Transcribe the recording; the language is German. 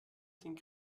den